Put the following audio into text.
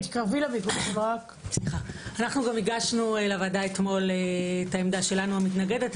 גם הגשנו לוועדה אתמול את עמדתנו המתנגדת.